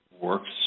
works